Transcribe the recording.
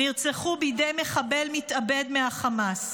נרצחו בידי מחבל מתאבד מהחמאס.